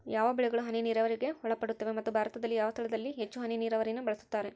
ಯಾವ ಬೆಳೆಗಳು ಹನಿ ನೇರಾವರಿಗೆ ಒಳಪಡುತ್ತವೆ ಮತ್ತು ಭಾರತದಲ್ಲಿ ಯಾವ ಸ್ಥಳದಲ್ಲಿ ಹೆಚ್ಚು ಹನಿ ನೇರಾವರಿಯನ್ನು ಬಳಸುತ್ತಾರೆ?